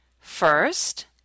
First